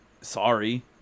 sorry